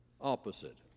opposite